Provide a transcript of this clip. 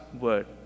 Word